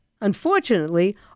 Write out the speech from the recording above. Unfortunately